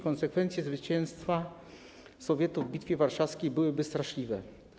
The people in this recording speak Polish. Konsekwencje zwycięstwa Sowietów w Bitwie Warszawskiej byłyby straszliwe.